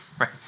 right